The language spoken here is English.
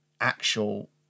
actual